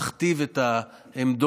מכתיב את העמדות,